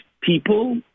people